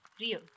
real